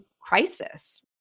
crisis